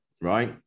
Right